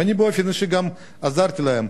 ואני באופן אישי גם עזרתי להם,